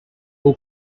who